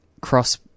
cross